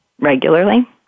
regularly